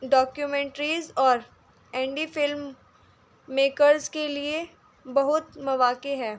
documentaries اور indie filmmakers کے لیے بہت مواقع ہے